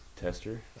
tester